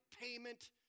payment